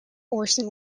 orson